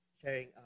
sharing